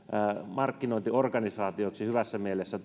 markkinointiorganisaatioiksi hyvässä mielessä